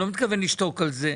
אני לא מתכוון לשתוק על זה,